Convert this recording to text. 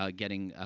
ah getting, ah,